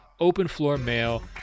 Openfloormail